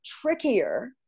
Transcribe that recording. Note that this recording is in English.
trickier